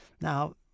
Now